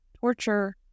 torture